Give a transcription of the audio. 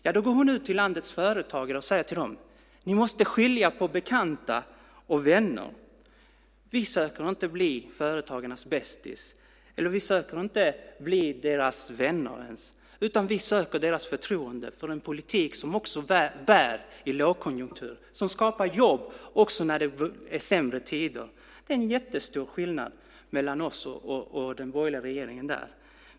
Jo, då går hon ut till landets företagare och säger till dem: Ni måste skilja på bekanta och vänner. Vi försöker inte bli företagarnas bästis eller ens bli deras vänner, utan vi söker deras förtroende för en politik som också bär i lågkonjunktur, som skapar jobb också när det är sämre tider. Det är en jättestor skillnad mellan oss och den borgerliga regeringen där.